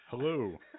Hello